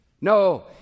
No